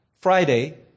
Friday